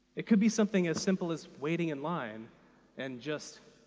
it could be something as simple as waiting in line and just,